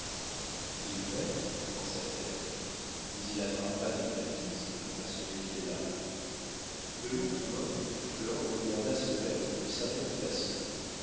m'aime pensa-t-elle mais il attrapera des rhumatismes à ce métier-là le lendemain flore regarda son maître d'une certaine façon